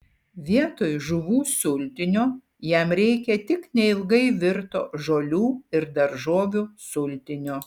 vietoj žuvų sultinio jam reikia tik neilgai virto žolių ir daržovių sultinio